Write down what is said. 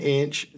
inch